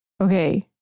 Okay